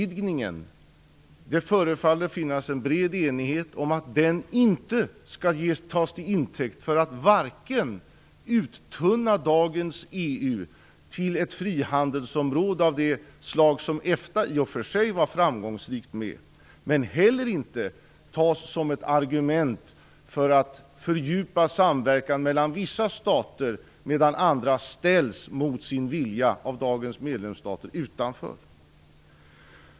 Det förefaller finnas en bred enighet om att utvidgningen inte skall tas till intäkt för att uttunna dagens EU så att det blir ett frihandelsområde av samma slag som EFTA, som i och för sig var framgångsrikt. Den skall inte heller ses som ett argument för att fördjupa samverkan mellan vissa stater, medan andra mot sin vilja ställs utanför av dagens medlemsstater.